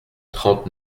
trente